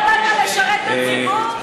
אתה לא באת לשרת את הציבור?